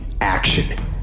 action